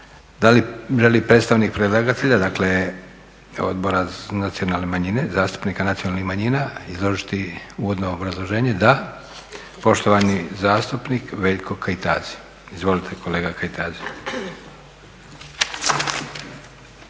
Da li želi predstavnik predlagatelja, dakle Odbora za nacionalne manjine, zastupnika nacionalnih manjina izložiti uvodno obrazloženje? Da. Poštovani zastupnik Veljko Kajtazi. Izvolite kolega Kajtazi.